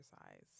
exercise